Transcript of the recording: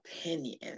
opinion